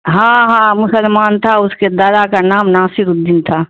ہاں ہاں مسلمان تھا اس کے دادا کا ناصرالدین تھا